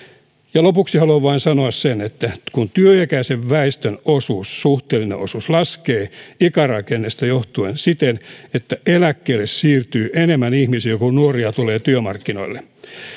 lopuksi haluan vain sanoa sen että kun työikäisen väestön suhteellinen osuus laskee ikärakenteesta johtuen siten että eläkkeelle siirtyy enemmän ihmisiä kuin nuoria tulee työmarkkinoille